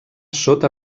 sota